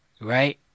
Right